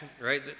right